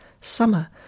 summer